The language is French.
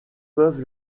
peuvent